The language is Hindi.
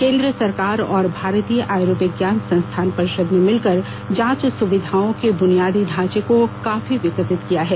केंद्र सरकार और भारतीय आयुर्विज्ञान अनुसंधान परिषद ने मिलकर जांच सुविधाओं के बुनियादी ढांचे को काफी विकसित किया है